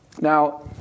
Now